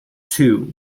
two